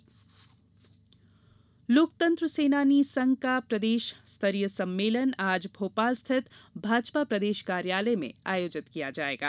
मीसाबंदी सम्मेलन लोकतंत्र सेनानी संघ का प्रदेश स्तरीय सम्मेलन आज भोपाल स्थित भाजपा प्रदेश कार्यालय में आयोजित किया जायेगा